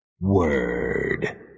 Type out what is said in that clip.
Word